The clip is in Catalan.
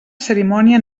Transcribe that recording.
cerimònia